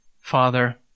Father